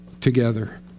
together